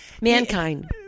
Mankind